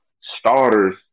starters